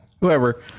whoever